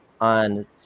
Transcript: on